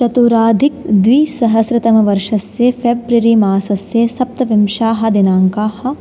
चतुरधिकद्विसहस्रतमवर्षस्य फेब्रवरि मासस्य सप्तविंशः दिनाङ्कः